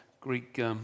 Greek